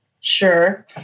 sure